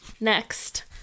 Next